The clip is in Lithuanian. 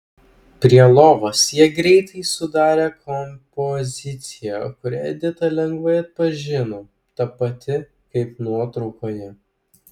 prie lovos jie greitai sudarė kompoziciją kurią edita lengvai atpažino ta pati kaip nuotraukoje